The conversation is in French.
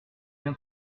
bien